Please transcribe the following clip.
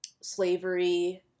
slavery